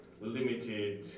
limited